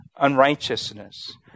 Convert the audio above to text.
unrighteousness